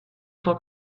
cent